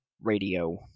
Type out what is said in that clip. Radio